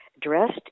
dressed